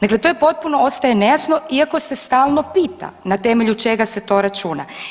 Dakle to je potpuno ostaje nejasno iako se stalno pita na temelju čega se to računa.